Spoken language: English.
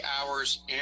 hours